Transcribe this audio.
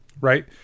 right